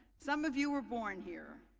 some of you were born here,